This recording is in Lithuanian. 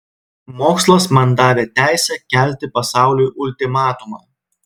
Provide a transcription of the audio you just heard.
mokslas man davė teisę kelti pasauliui ultimatumą